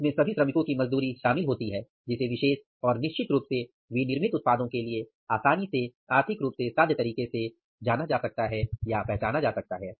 इसमें सभी श्रमिकों की मजदूरी शामिल होती है जिसे विशेष और निश्चित रूप से विनिर्मित उत्पादों के लिए आसानी से आर्थिक रूप से साध्य तरीके से जाना जा सकता है